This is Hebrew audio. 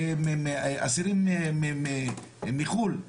אסירים מחו"ל.